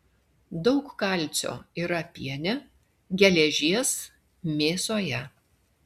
daug kalcio yra piene geležies mėsoje